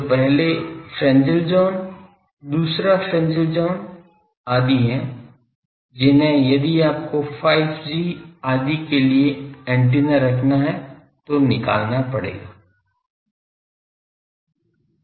तो पहले Fresnel zone दूसरा फ्रेन्ज़ेल ज़ोन आदि हैं जिन्हें यदि आपको 5G आदि के लिए एंटीना रखना है तो निकालना पड़ेगा